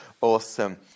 awesome